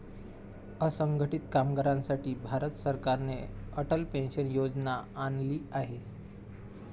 असंघटित कामगारांसाठी भारत सरकारने अटल पेन्शन योजना आणली आहे